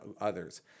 others